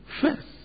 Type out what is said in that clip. first